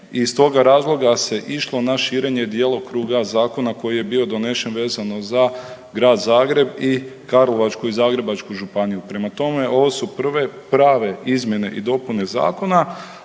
iz toga razloga se išlo na širenje djelokruga Zakona koji je bio donešen vezano za Grad Zagreb i Karlovačku i Zagrebačku županiju. Prema tome, ovo su prve prave izmjene i dopune Zakona,